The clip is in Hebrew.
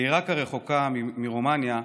בעיראק הרחוקה מרומניה,